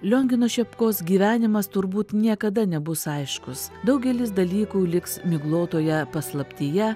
liongino šepkos gyvenimas turbūt niekada nebus aiškus daugelis dalykų liks miglotoje paslaptyje